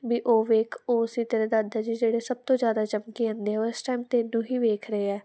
ਵੀ ਉਹ ਵੇਖ ਉਹ ਸੀ ਤੇਰੇ ਦਾਦਾ ਜੀ ਜਿਹੜੇ ਸਭ ਤੋਂ ਜ਼ਿਆਦਾ ਚਮਕੇ ਹੁੰਦੇ ਉਸ ਟਾਈਮ ਤੈਨੂੰ ਹੀ ਵੇਖ ਰਹੇ ਆ